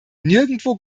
nirgendwo